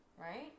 right